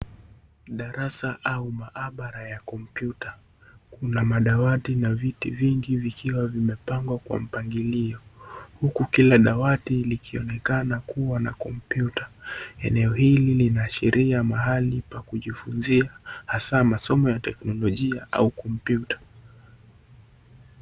Darasa au maabara ya kompyuta kuna madawati na viti vingi vikiwa vimepangwa kwa mpangilio huku kila dawati likionekana kuwa na kompyuta eneo hili linaashiria mahali pa kujifunzia hasa masomo ya teknolojia au kompyuta.